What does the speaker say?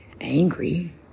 angry